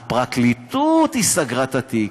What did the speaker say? הפרקליטות סגרה את התיק,